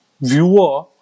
viewer